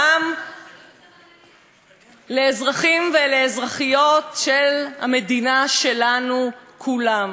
גם לאזרחים ולאזרחיות של המדינה שלנו כולם.